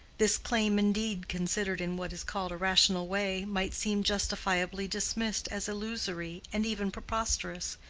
this claim, indeed, considered in what is called a rational way, might seem justifiably dismissed as illusory and even preposterous